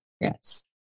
Yes